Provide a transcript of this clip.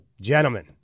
Gentlemen